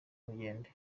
mugende